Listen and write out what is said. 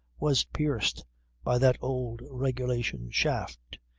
was pierced by that old, regulation shaft.